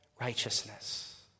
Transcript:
righteousness